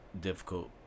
difficult